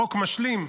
חוק משלים,